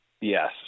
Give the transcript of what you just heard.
Yes